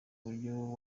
uburyo